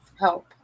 help